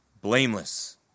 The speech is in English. blameless